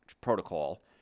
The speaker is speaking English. protocol